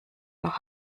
noch